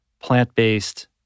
plant-based